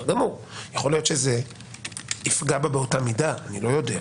יכול להיות שזה יפגע בה באותה מידה, אני לא יודע.